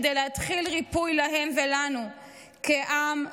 כדי להתחיל ריפוי להם ולנו כעם,